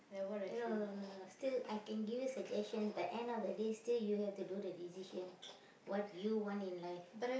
eh no no no no no still I can give you suggestion but end of the day still you have to do the decision what you want in life